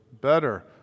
better